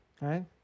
right